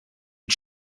and